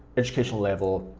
education level,